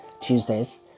Tuesdays